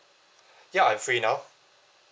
ya I'm free now